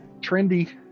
trendy